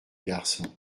garçon